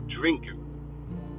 drinking